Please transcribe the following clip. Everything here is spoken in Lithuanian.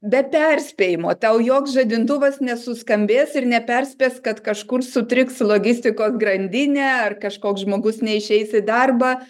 be perspėjimo tau joks žadintuvas nesuskambės ir neperspės kad kažkur sutriks logistikos grandinė ar kažkoks žmogus neišeis į darbą